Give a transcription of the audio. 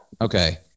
Okay